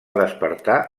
despertar